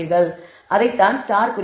எனவே அதைத்தான் ஸ்டார் குறிக்கிறது